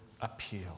appeal